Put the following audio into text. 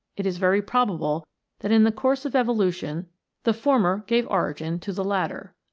it is very probable that in the course of evolution the former gave origin to the latter.